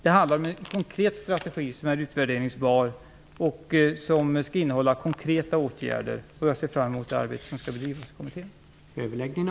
Det handlar om en konkret, utvärderingsbar strategi, som skall innehålla faktiska åtgärder. Jag ser fram emot det arbete som skall bedrivas i kommittén.